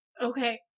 Okay